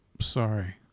sorry